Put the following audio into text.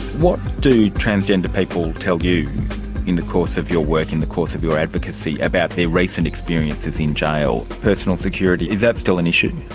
what do transgender people tell you in the course of your work, in the course of your advocacy about their recent experiences in jail? personal security, is that still an issue?